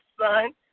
son